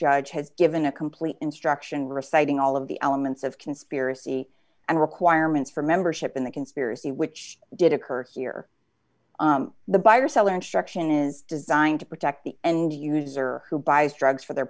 judge has given a complete instruction reciting all of the elements of conspiracy and requirements for membership in the conspiracy which did occur here the buyer seller instruction is designed to protect the end user who buys drugs for their